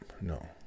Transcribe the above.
No